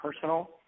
personal